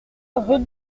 rue